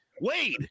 Wade